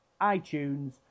iTunes